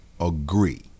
agree